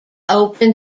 open